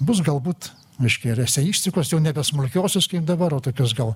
bus galbūt reiškia ir eseistikos jau nebe smulkiosios kaip dabar o tokios gal